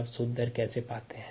आप शुद्ध दर कैसे पाते हैं